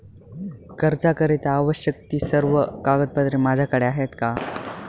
कर्जाकरीता आवश्यक ति सर्व कागदपत्रे माझ्याकडे आहेत का?